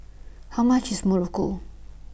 How much IS Muruku